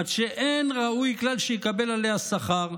עד שאין ראוי כלל שיקבל עליה שכר,